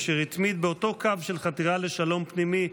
אשר התמיד באותו קו של חתירה לשלום פנימי,